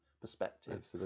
perspective